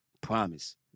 promise